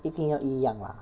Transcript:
一定要一样 lah